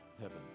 Heaven